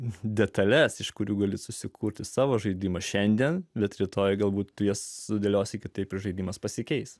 detales iš kurių gali susikurti savo žaidimą šiandien bet rytoj galbūt jie sudėlios kitaip žaidimas pasikeis